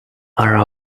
are